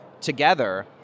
together